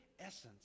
essence